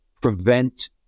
prevent